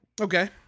okay